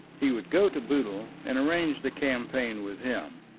he would go to boodle and arrange the campaign with him.